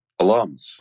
alums